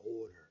order